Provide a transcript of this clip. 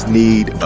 need